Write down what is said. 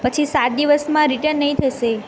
પછી સાત દિવસમાં રિટન નહીં થશે